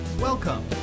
Welcome